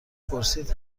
پرسید